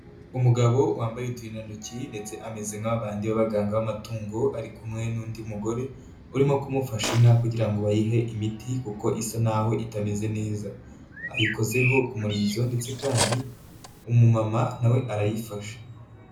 Umugabo wambaye uturindantoki ndetse ameze nka babandi b'abaganga b'amatungo, ari kumwe n'undi mugore urimo kumufasha inka kugira ngo bayihe imiti kuko isa naho itameze neza, ayikozeho ku murizo ndetse kandi umumama na we arayifashe.